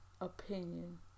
opinion